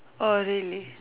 orh really